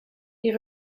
les